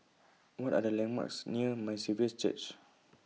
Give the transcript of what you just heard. What Are The landmarks near My Saviour's Church